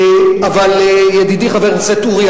אבל ידידי חבר הכנסת אורי